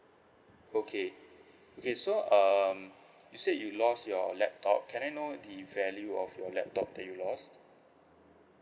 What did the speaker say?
okay okay so um you said you lost your laptop can I know the value of your laptop that you lost